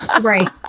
Right